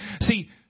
See